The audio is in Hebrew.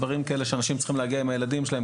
דברים כאלה שאנשים צריכים להגיע עם הילדים שלהם,